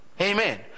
Amen